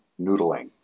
noodling